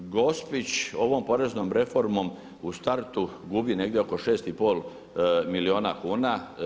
Gospić ovom poreznom reformom u startu gubi negdje oko 6,5 milijuna kuna.